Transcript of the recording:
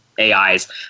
AIs